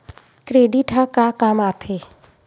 Credit ह का काम आथे?